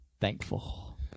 thankful